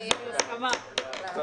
הישיבה ננעלה בשעה 12:33.